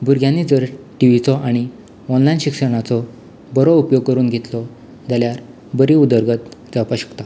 भुरग्यांनी जर टिवीचो आनी ऑनलायन शिक्षणाचो बरो उपयोग करून घेतलो जाल्यार बरी उदरगत जावपाक शकता